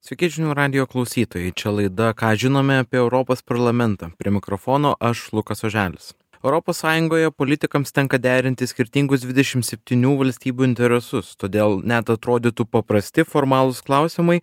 sveiki žinių radijo klausytojai čia laida ką žinome apie europos parlamentą prie mikrofono aš lukas oželis europos sąjungoje politikams tenka derinti skirtingus dvidešim septynių valstybių interesus todėl net atrodytų paprasti formalūs klausimai